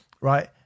right